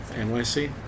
NYC